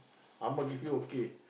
ang-moh give you okay